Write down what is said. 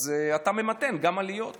אתה ממתן גם עליות חדות.